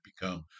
become